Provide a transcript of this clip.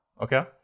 Okay